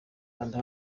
kanda